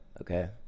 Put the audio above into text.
okay